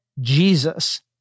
Jesus